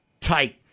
tight